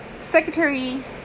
Secretary